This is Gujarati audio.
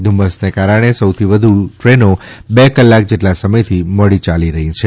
ધુમ્મસને કારણે સૌથી વધુ ટ્રેનો બે કલાક જેટલા સમયથી મોડી યાલી રહી છે